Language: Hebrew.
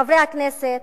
חברי הכנסת,